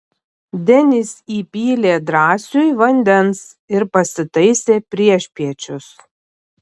denis įpylė drąsiui vandens ir pasitaisė priešpiečius